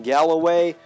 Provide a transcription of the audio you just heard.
Galloway